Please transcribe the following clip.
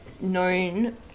known